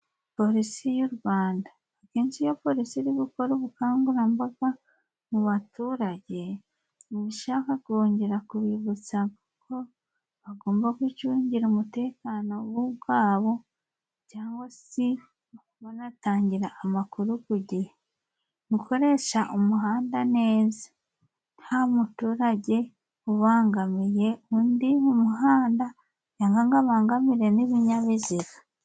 Polisi y'u Rwanda, akenshi iyo polisi iri gukora ubukangurambaga mu baturage, iba ishaka kongera kubibutsa ko bagomba kwicungira umutekano bo ubwabo cyangwa se banatangira amakuru ku gihe, gukoresha umuhanda neza nta muturage ubangamiye undi mu muhanda, cyangwa ngo abangamire n'ibinyabiziga.